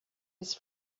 his